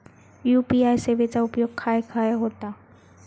UPI सेवेचा उपयोग खाय खाय होता?